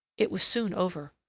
it was soon over.